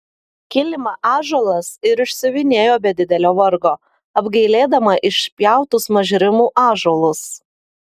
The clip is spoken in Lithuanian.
kilimą ąžuolas ir išsiuvinėjo be didelio vargo apgailėdama išpjautus mažrimų ąžuolus